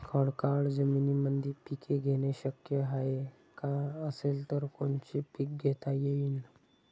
खडकाळ जमीनीमंदी पिके घेणे शक्य हाये का? असेल तर कोनचे पीक घेता येईन?